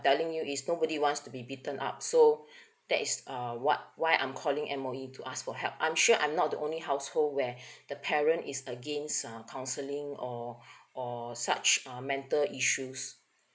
telling you is nobody wants to be beaten up so that is um what why I'm calling M_O_E to ask for help I'm sure I'm not the only household where the parent is against uh counselling or or such uh mental issues